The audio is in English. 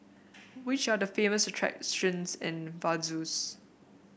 which are the famous attractions in Vaduz